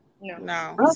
No